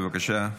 בבקשה.